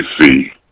see